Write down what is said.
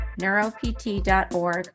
neuropt.org